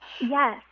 yes